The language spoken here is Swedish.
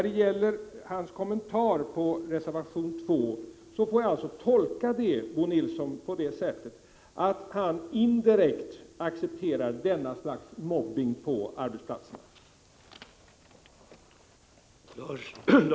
Bo Nilssons kommentar till reservation 2 får jag alltså tolka på det sättet att han indirekt accepterar detta slags mobbning på arbetsplatserna.